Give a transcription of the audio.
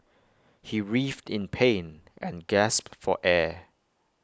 he writhed in pain and gasped for air